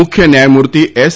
મુખ્ય ન્યાયમૂર્તિ એસ